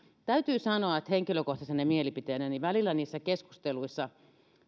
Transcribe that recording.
täytyy sanoa henkilökohtaisena mielipiteenäni että välillä niissä keskusteluissa